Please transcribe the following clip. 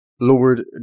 Lord